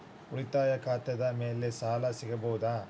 ಉಳಿತಾಯ ಖಾತೆದ ಮ್ಯಾಲೆ ಸಾಲ ಸಿಗಬಹುದಾ?